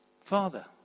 father